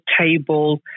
table